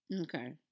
Okay